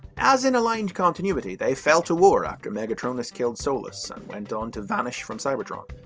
as in aligned continuity, they fell to war after megatronus killed solus, and went on to vanish from cybertron,